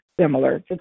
Similar